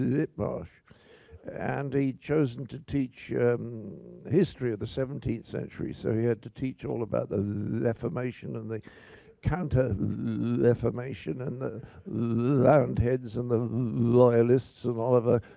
w-w-whitmarsh and he'd chosen to teach history of the seventeenth century, so you had to teach all about the r-r-reformation and the counter r-r-reformation and the r-r-roundheads and the l-l-loyalists and oliver